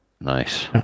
Nice